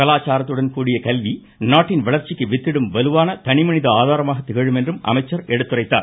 கலாச்சாரத்துடன் கூடிய கல்வி நாட்டின் வளர்ச்சிக்கு வித்திடும் வலுவான தனிமனித ஆதாரமாக திகழும் என்றும் அமைச்சர் எடுத்துரைத்தார்